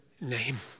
name